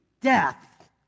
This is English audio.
Death